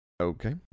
Okay